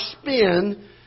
spin